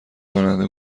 راننده